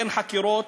אין חקירות.